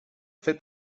fer